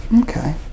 Okay